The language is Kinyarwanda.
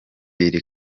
ibyo